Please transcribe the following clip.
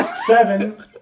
Seven